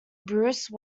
bruce